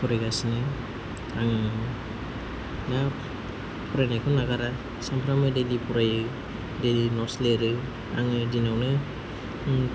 फरायगासिनो आङो बिदिनो फरायनायखौ नागारा सानफ्रोमबो दैलि फरायो दैलि नट्स लिरो आङो दिनावनो